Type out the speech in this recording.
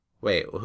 Wait